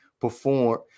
perform